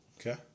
okay